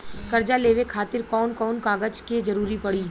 कर्जा लेवे खातिर कौन कौन कागज के जरूरी पड़ी?